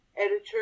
editor